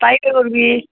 ষ্টাইলে কৰিবি